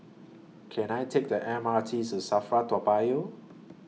Can I Take The M R T to SAFRA Toa Payoh